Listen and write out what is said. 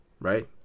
right